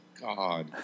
God